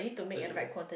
then you eh